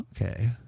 Okay